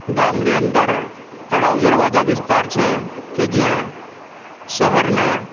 ગામની અંદર તળાવ દરવાજા વિસ્તાર છે કે જ્યાં શહેરના